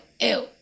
ew